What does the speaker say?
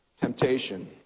temptation